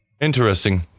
interesting